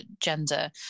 gender